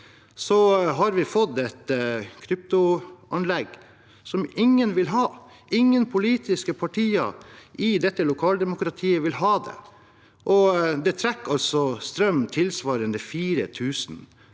har vi fått et kryptoanlegg som ingen vil ha. Ingen politiske partier i dette lokaldemokratiet vil ha det. Det trekker strøm tilsvarende 4 000